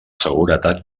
seguretat